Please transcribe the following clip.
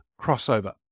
Crossover